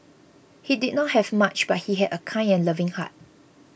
he did not have much but he had a kind and loving heart